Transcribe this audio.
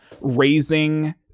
raising